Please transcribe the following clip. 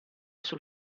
sul